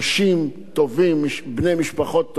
שמסרו את עצמם באסון הכרמל.